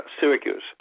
Syracuse